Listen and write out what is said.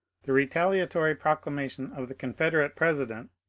the retaliatory proclamation of the confederate president,